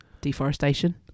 Deforestation